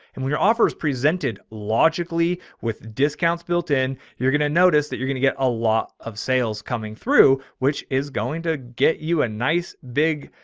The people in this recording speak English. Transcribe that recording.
and when were offers presented logically with discounts built in, you're going to notice that you're gonna get a lot of sales coming through, which is going to get you a nice big,